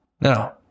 No